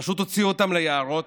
פשוט הוציאו אותם ליערות,